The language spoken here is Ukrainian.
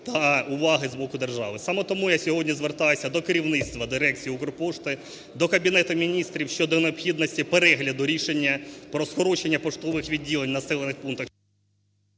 та уваги з боку держави. Саме тому я сьогодні звертаюся до керівництва дирекції "Укрпошти", до Кабінету Міністрів щодо необхідності перегляду рішення про скорочення поштових відділень у населених пунктах…